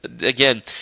again